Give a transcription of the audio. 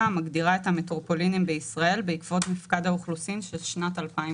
המגדירה את המטרופולינים בישראל בעקבות מפקד האוכלוסין של שנת 2008,"